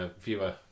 viewer